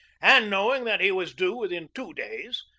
and, knowing that he was due within two days,